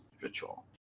ritual